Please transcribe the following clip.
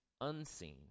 unseen